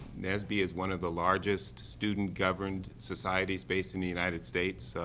nsbe is one of the largest student-governed societies based in the united states,